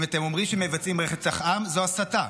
אם אתם אומרים שהם מבצעים רצח עם, זו הסתה.